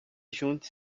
junte